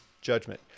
judgment